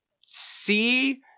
see